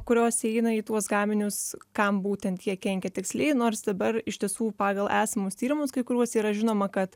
kurios įeina į tuos gaminius kam būtent jie kenkia tiksliai nors dabar iš tiesų pagal esamus tyrimus kai kuriuos yra žinoma kad